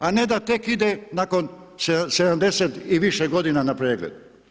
A ne da tek ide nakon 70 i više godina na pregled.